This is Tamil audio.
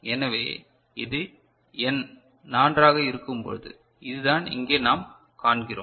எனவே இது n 4 ஆக இருக்கும் பொழுது இதுதான் இங்கே நாம் காண்கிறோம்